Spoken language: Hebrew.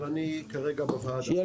אבל אני כרגע בוועדה.